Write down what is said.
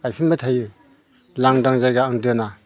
गायफिनबाय थायो लांदां जायगा आं दोना